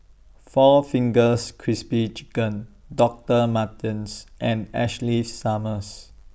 four Fingers Crispy Chicken Doctor Martens and Ashley Summers